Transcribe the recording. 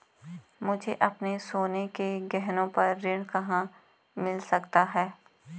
मुझे अपने सोने के गहनों पर ऋण कहाँ मिल सकता है?